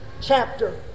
chapter